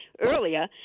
earlier